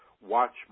Watch